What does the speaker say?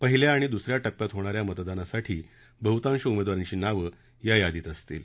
पहिल्या आणि दुसऱ्या टप्प्यात होणाऱ्या मतदानासाठी बहुतांश उमेदवारांची नावे या यादीत असतील